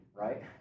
right